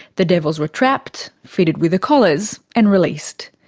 the devils were trapped, fitted with the collars, and released.